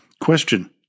Question